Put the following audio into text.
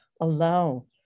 allow